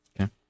Okay